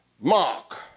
Mark